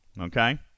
Okay